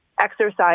exercise